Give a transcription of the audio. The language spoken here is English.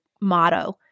motto